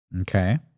Okay